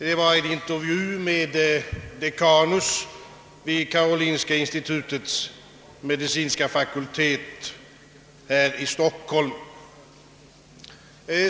Det var en intervju med dekanus vid karolinska institutets medicinska fakultet här i Stockholm.